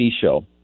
show